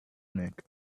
make